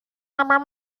aber